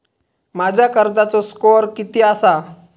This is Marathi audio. माझ्या कर्जाचो स्कोअर किती आसा?